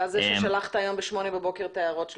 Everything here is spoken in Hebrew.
אתה זה ששלחת היום ב-8:00 בבוקר את ההערות שלכם?